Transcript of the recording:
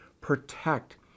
protect